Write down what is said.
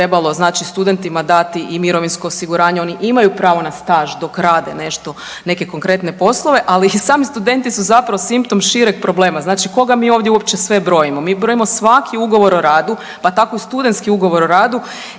znači studentima dati i mirovinsko osiguranje, oni imaju pravo na staž dok rade nešto, neke konkretne poslove. Ali i sami studenti su zapravo simptom šireg problema. Znači koga mi ovdje uopće sve brojimo? Mi brojimo svaki ugovor o radu, pa tako i studentski ugovor o radu